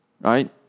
Right